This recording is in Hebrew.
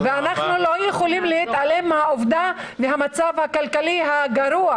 ואנחנו לא יכולים להתעלם מהמצב הכלכלי הגרוע,